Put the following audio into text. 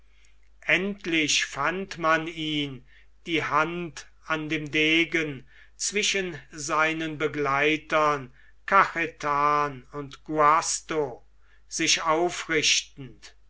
endlich fand man ihn die hand an dem degen zwischen seinen begleitern cajetan und guasto sich aufrichtend